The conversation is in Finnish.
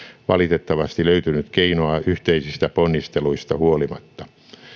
valitettavasti löytynyt keinoa yhteisistä ponnisteluista huolimatta